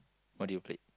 what do you play